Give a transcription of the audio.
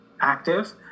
active